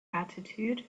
attitude